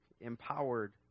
empowered